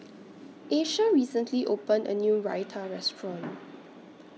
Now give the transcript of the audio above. Asia recently opened A New Raita Restaurant